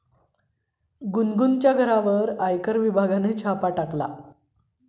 गुनगुनच्या घरावर आयकर विभागाने छापा टाकला